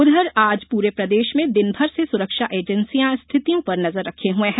उधर आज पूरे प्रदेश में दिनभर से सुरक्षा एजेंसियां स्थितियों पर नजर रखे हुए है